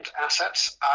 assets